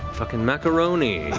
fucking macaroni.